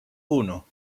uno